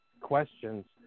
questions